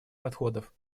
подходов